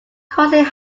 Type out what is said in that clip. crossing